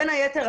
בין היתר,